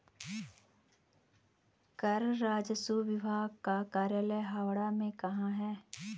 कर राजस्व विभाग का कार्यालय हावड़ा में कहाँ है?